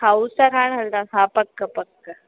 खाउसा खाइण हलंदासीं हा पक पक